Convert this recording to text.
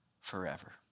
forever